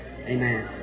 Amen